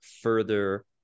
further